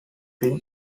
dream